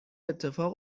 اتفاق